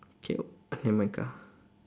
okay nevermind ka